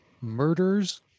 murders